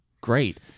great